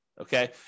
okay